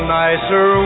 nicer